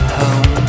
home